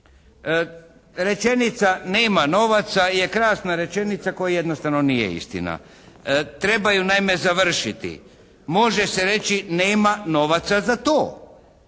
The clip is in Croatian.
Rečenica nema novaca, ali je krasna rečenica koja jednostavno nije istina. Treba ju naime završiti. Može se reći nema novaca za to.